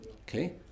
Okay